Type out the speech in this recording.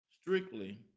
strictly